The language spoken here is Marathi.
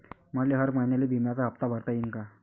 मले हर महिन्याले बिम्याचा हप्ता भरता येईन का?